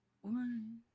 one